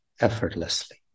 effortlessly